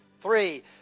Three